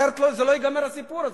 אחרת לא ייגמר הסיפור הזה.